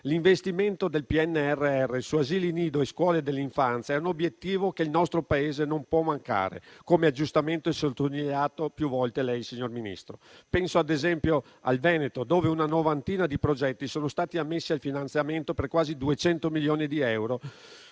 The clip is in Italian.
L'investimento del PNRR su asili nido e scuole dell'infanzia è un obiettivo che il nostro Paese non può mancare, come lei ha giustamente sottolineato più volte, signor Ministro. Penso ad esempio al Veneto, dove una novantina di progetti sono stati ammessi al finanziamento per quasi 200 milioni di euro